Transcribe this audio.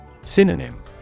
Synonym